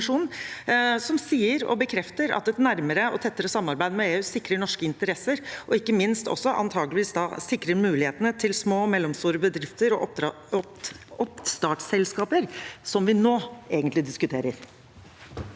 som sier og bekrefter at et nærmere og tettere samarbeid med EU sikrer norske interesser og ikke minst antakeligvis sikrer mulighetene til små og mellomstore bedrifter og oppstartsselskaper, som vi nå egentlig diskuterer.